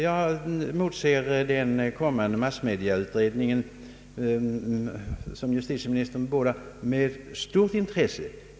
Jag moltser den kommande massmediautredningen med stort intresse.